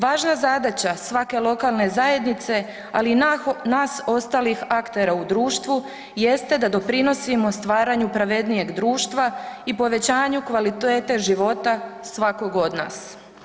Važna zadaća svake lokalne zajednice, ali i nas ostalih aktera u društvu jeste da doprinosimo stvaranju pravednijeg društva i povećanju kvalitete života svakog od nas.